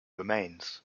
remains